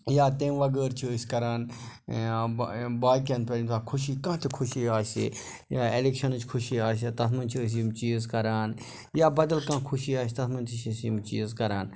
یا تَمہِ وَغٲر چھِ أسۍ کَران باقیَن پٮ۪ٹھ ییٚمہِ ساتہٕ خوشی کانٛہہ تہِ خوشی آسہِ ہے یا اٮ۪لٮ۪کشَنٕچ خوشی آسہِ ہا تَتھ منٛز چھِ أسۍ یِم چیٖز کَران یا بَدل کانٛہہ خوشی آسہِ تَتھ منٛز تہِ چھِ أسۍ یِم چیٖز کَران